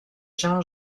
jean